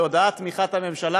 בהודעת תמיכת הממשלה,